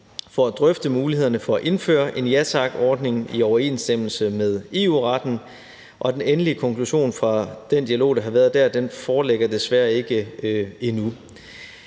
for at drøfte mulighederne for at indføre en Ja Tak-ordning i overensstemmelse med EU-retten, og den endelige konklusion fra den dialog, der har været der, foreligger desværre ikke endnu.